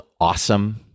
awesome